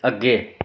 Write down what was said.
अग्गें